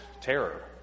terror